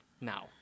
now